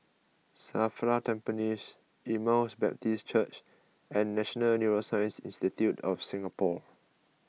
Safra Tampines Emmaus Baptist Church and National Neuroscience Institute of Singapore